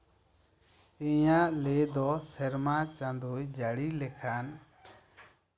ᱤᱧᱟᱹᱜ ᱞᱟᱹᱭ ᱫᱚ ᱥᱮᱨᱢᱟ ᱪᱟᱸᱫᱚ ᱡᱟᱹᱲᱤ ᱞᱮᱠᱷᱟᱱ